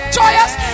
joyous